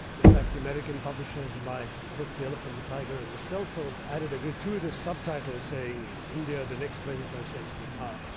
in fact, the american publishers of my book, the elephant, the tiger and the cell phone, added a gratuitous subtitle saying, india the next twenty first century power.